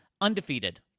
undefeated